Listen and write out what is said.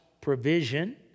provision